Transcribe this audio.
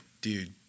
dude